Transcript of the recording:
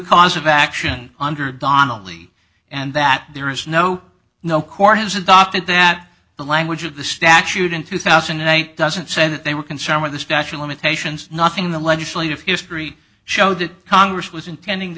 cause of action under donnelly and that there is no no court has adopted that the language of the statute in two thousand and eight doesn't say that they were concerned with the statue limitations nothing in the legislative history show that congress was intending to